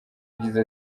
yagize